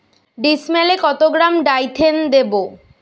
ডিস্মেলে কত গ্রাম ডাইথেন দেবো?